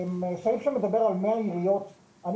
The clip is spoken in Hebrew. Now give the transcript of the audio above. סעיף שמדבר על העיריות.